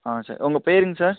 ஆ sir உங்கப் பேயருங்க sir